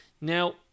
Now